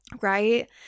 Right